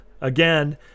Again